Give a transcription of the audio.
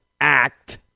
Act